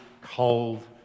cold